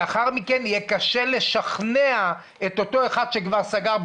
לאחר מכן יהיה קשה לשכנע את אותו אחד שכבר סגר,